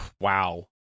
Wow